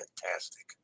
fantastic